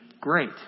great